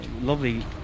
Lovely